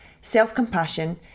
self-compassion